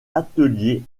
ateliers